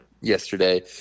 yesterday